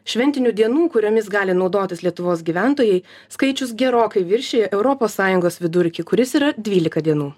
šventinių dienų kuriomis gali naudotis lietuvos gyventojai skaičius gerokai viršija europos sąjungos vidurkį kuris yra dvylika dienų